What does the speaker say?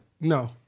No